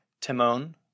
Timon